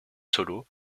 solos